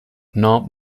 knob